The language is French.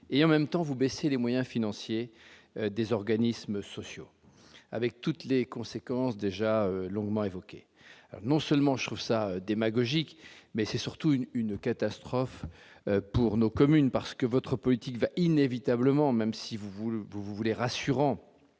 et en même temps vous baissez les moyens financiers des organismes sociaux, avec toutes les conséquences déjà longuement évoqué non seulement je trouve ça démagogique, mais c'est surtout une une catastrophe pour nos communes parce que votre politique va inévitablement, même si vous voulez vous